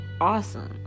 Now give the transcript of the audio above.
awesome